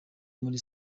muri